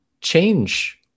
change